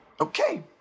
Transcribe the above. Okay